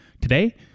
Today